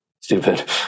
stupid